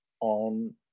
on